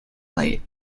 light